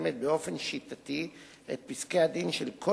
ומפרסמת באופן שיטתי את פסקי-הדין של כל